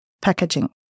packaging